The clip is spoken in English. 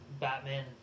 Batman